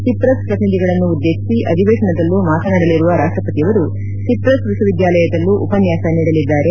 Cyprus ಪ್ರತಿನಿಧಿಗಳನ್ನು ಉದ್ದೇಶಿಸಿ ಅಧಿವೇಶನದಲ್ಲೂ ಮಾತನಾಡಲಿರುವ ರಾಷ್ಷಪತಿಯವರು ಸಿಪ್ರಸ್ ವಿಕ್ವವಿದ್ಯಾಲಯದಲ್ಲೂ ಉಪನ್ಯಾಸ ನೀಡಲಿದ್ದಾರೆ